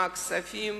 מהכספים?